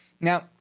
Now